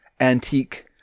antique